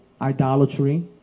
idolatry